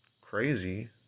crazy